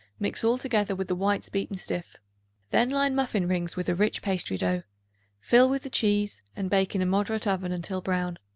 mix all together with the whites beaten stiff then line muffin-rings with a rich pastry-dough fill with the cheese and bake in a moderate oven until brown.